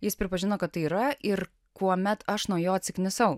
jis pripažino kad tai yra ir kuomet aš nuo jo atsiknisau